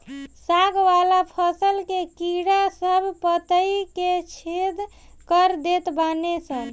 साग वाला फसल के कीड़ा सब पतइ के छेद कर देत बाने सन